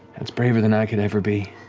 that's braver than i could ever be.